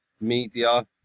media